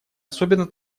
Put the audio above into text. особенно